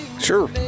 Sure